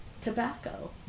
tobacco